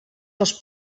dels